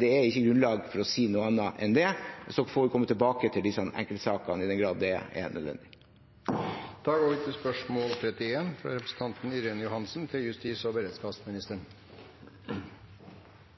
Det er ikke grunnlag for å si noe annet enn det. Og så får vi komme tilbake til disse enkeltsakene i den grad det er nødvendig. «22. juli-kommisjonen anbefalte regionale øvingssentre for nødetatene. Direktoratet for samfunnssikkerhet og beredskap har utredet behovet, og